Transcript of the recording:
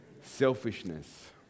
selfishness